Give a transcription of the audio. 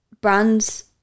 brands